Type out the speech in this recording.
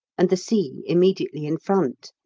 and the sea immediately in front.